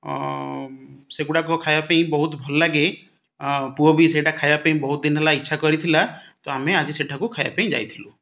ସେଗୁଡ଼ାକ ଖାଇବା ପାଇଁ ବହୁତ ଭଲ ଲାଗେ ପୁଅ ବି ସେଇଟା ଖାଇବା ପାଇଁ ବହୁତ ଦିନ ହେଲା ଇଚ୍ଛା କରିଥିଲା ତ ଆମେ ଆଜି ସେଠାକୁ ଖାଇବା ପାଇଁ ଯାଇଥିଲୁ